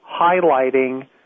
highlighting